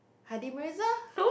Hardy-Mirza